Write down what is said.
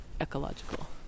ecological